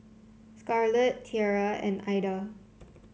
Scarlet Tiera and Aida